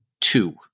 two